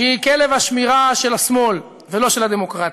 שהיא כלב השמירה של השמאל ולא של הדמוקרטיה.